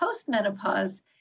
postmenopause